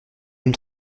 même